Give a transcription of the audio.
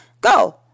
go